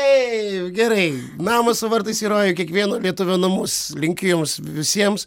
taip gerai namas su vartais į rojų į kiekvieno lietuvio namus linkiu jums visiems